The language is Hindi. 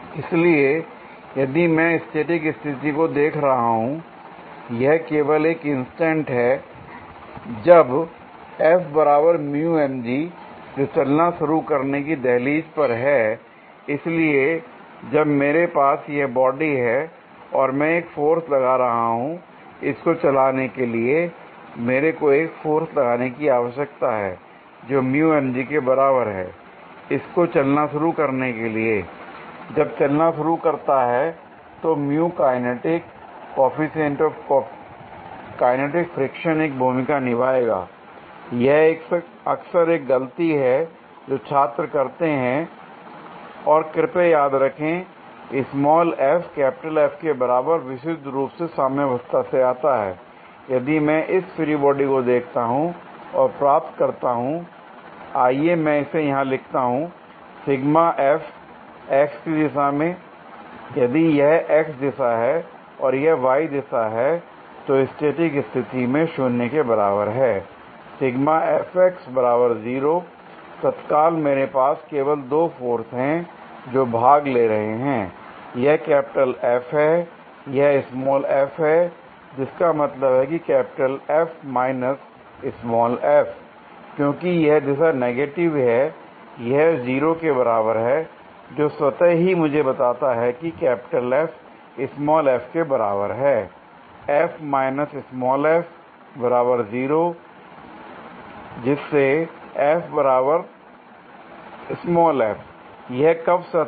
इसलिए यदि मैं स्टैटिक स्थिति को देख रहा हूं यह केवल एक इंस्टेंट हैं जब जो चलना शुरू करने की दहलीज पर है l इसलिए जब मेरे पास यह बॉडी है और मैं एक फोर्स लगा रहा हूं l इसको चलाने के लिए मेरे को एक फोर्स लगाने की आवश्यकता है जो के बराबर है इसको चलना शुरू करने के लिए l जब चलना शुरू करता है तो kinetic coefficient of kinetic friction एक भूमिका निभाएगा l यह अक्सर एक गलती है जो छात्र करते हैं और कृपया याद रखें स्मॉल f कैपिटल F के बराबर विशुद्ध रूप से साम्यावस्था से आता है l यदि मैं इस फ्री बॉडी को देखता हूं और प्राप्त करता हूंl आइए मैं इसे यहां लिखता हूं l sigma F x x की दिशा में यदि यह x दिशा है और यह y दिशा है तो स्टैटिक स्थिति में 0 के बराबर हैं l l तत्काल मेरे पास केवल दो फोर्स हैं जो भाग ले रहे हैं यह कैपिटल F है यह स्मॉल f है जिसका मतलब है capital F minus small f क्योंकि यह दिशा नेगेटिव है यह 0 के बराबर है जो स्वतः ही मुझे बताता है कि कैपिटल F स्मॉल f के बराबर है l यह कब सत्य है